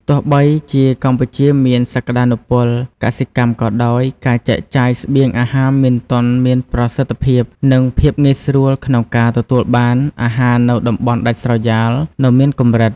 ទោះបីជាកម្ពុជាមានសក្តានុពលកសិកម្មក៏ដោយ ការចែកចាយស្បៀងអាហារមិនទាន់មានប្រសិទ្ធភាព និងភាពងាយស្រួលក្នុងការទទួលបានអាហារនៅតំបន់ដាច់ស្រយាលនៅមានកម្រិត។